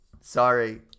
sorry